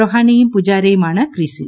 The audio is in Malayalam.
രെഹാനെയും പൂജാരയുമാണ് ക്രീസിൽ